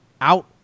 out